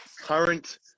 current